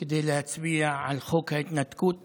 כדי להצביע על חוק ההתנתקות.